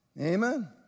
Amen